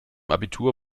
abitur